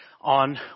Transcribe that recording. on